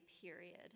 period